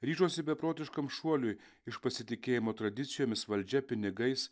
ryžosi beprotiškam šuoliui iš pasitikėjimo tradicijomis valdžia pinigais